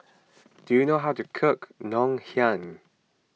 do you know how to cook Ngoh Hiang